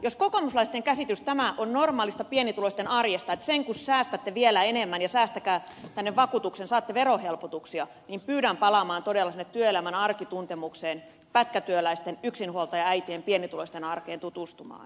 jos kokoomuslaisten käsitys normaalista pienituloisten arjesta on tämä että senkun säästätte vielä enemmän ja säästäkää tänne vakuutukseen saatte verohelpotuksia niin pyydän palaamaan todella sinne työelämän arkituntemukseen pätkätyöläisten yksinhuoltajaäitien pienituloisten arkeen tutustumaan